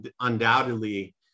undoubtedly